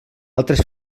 altres